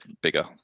Bigger